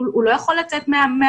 הוא לא יכול לצאת מהבית.